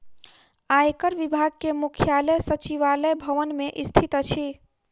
आयकर विभाग के मुख्यालय सचिवालय भवन मे स्थित अछि